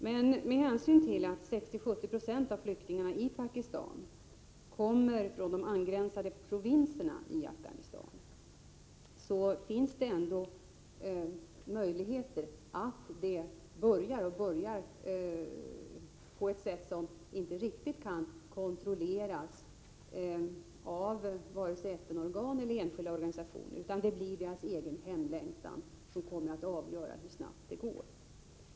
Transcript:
Men med hänsyn till att 60-70 90 av flyktingarna i Pakistan kommer från de angränsande provinserna i Afghanistan finns det ändå möjligheter att verksamheten börjar, och börjar på ett sätt som inte riktigt kan kontrolleras av vare sig FN-organ eller enskilda organisationer, utan flyktingarnas egen hemlängtan kommer att avgöra hur snabbt det går.